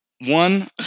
One